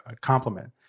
compliment